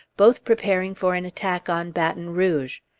both preparing for an attack on baton rouge.